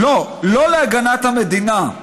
לא, לא להגנת המדינה,